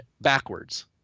backwards